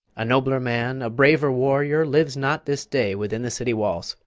a nobler man, a braver warrior, lives not this day within the city walls.